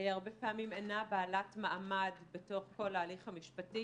הרבה פעמים אינה בעלת מעמד בתוך כל ההליך המשפטי.